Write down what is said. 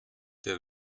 der